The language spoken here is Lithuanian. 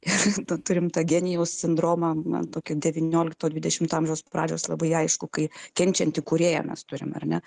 ir na turim tą genijaus sindromą tokį devyniolikto dvidešimto amžiaus pradžios labai aiškų kai kenčiantį kūrėją mes turim ar ne